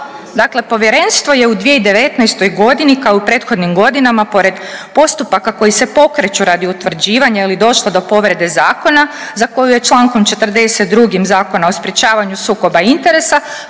Dakle, povjerenstvo je u 2019. godini kao i u prethodnim godinama pored postupaka koji se pokreću radi utvrđivanja je li došlo do povrede zakona za koju je Člankom 42. Zakona o sprječavanju sukoba interesa